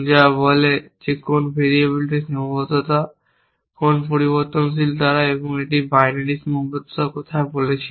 যা বলে কোন ভেরিয়েবলটি সীমাবদ্ধতা কোন পরিবর্তনশীল দ্বারা এবং আমরা বাইনারি সীমাবদ্ধতার কথা বলছি